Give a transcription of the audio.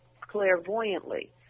clairvoyantly